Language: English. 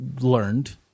learned